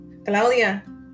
Claudia